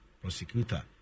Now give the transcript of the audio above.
prosecutor